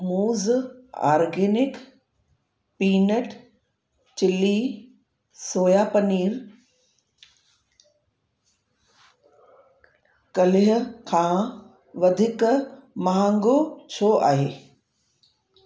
मूज़ organic peanut chilli soya paneer कलिह खां वधीक महांगो छो आहे